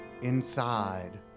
inside